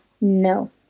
no